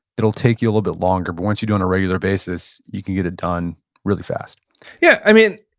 it'll take you a little bit longer. but once you do it on a regular basis, you can get it done really fast yeah. i mean,